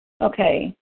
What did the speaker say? Okay